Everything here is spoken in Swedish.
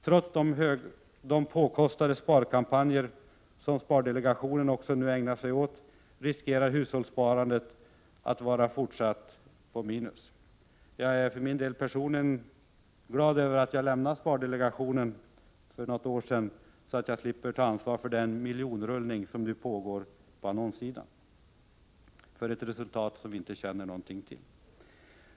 Trots de påkostade sparkampanjer som spardelegationen också nu ägnar sig åt riskerar hushållssparandet att även i fortsättningen visa underskott. Jag är personligen glad över att jag lämnade spardelegationen för ett år sedan så jag slipper ta ansvar för den miljonrullning som nu pågår genom en annonsering, vars resultat vi inte känner till.